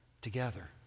together